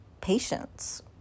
patience